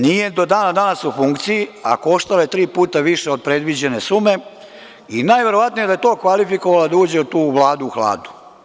Nije do dana danas u funkciji, a košta je tri puta više od predviđene sume i najverovatnije da je to kvalifikovala da uđe u tu vladu u hladu.